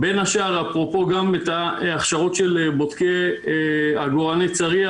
אפרופו, גם את ההכשרות של בודקי עגורני צריח